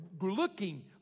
looking